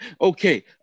Okay